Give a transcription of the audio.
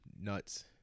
Nuts